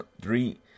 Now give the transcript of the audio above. three